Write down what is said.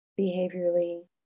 behaviorally